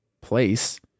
place